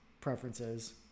preferences